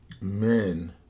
Men